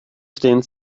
stehen